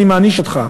אני מעניש אותך.